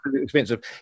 expensive